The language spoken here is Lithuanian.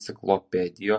enciklopedijos